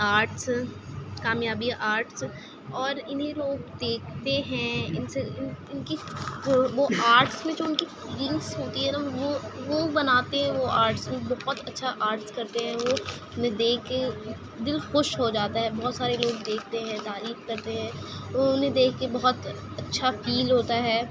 arts کامیابی arts اور انہیں لوگ دیکھتے ہیں ان سے ان کی وہ آرٹس میں جو ان کی فیلنگس ہوتی ہے نہ وہ وہ بناتے ہیں وہ آرٹس بہت اچّھا آرٹس کرتے ہیں وہ انہیں دیکھ کے دل خوش ہو جاتا ہے بہت سارے لوگ دیکھتے ہیں تعریف کرتے ہیں تو انہیں دیکھ کے بہت اچّھا فیل ہوتا ہے